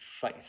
faith